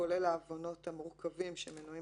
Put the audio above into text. כולל העוונות המורכבים שמנויים